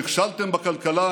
נכשלתם בכלכלה,